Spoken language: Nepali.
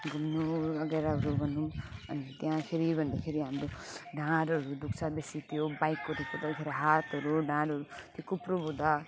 घुम्नु अब बगेराहरू गर्नु अनि त्यहाँ फेरि भन्दा फेरि हाम्रो ढाडहरू दुःख्छ बेसी त्यो बाइक कुदाई कुदाई हातहरू ढाडहरू त्यो कुप्रो हुँदा